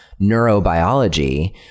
neurobiology